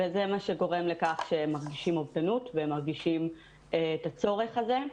וזה מה שגורם לכך שהם מרגישים אובדנות והם מרגישים את הצורך הזה.